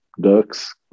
ducks